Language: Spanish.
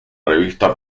revista